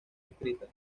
escrita